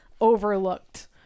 overlooked